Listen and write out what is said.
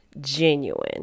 genuine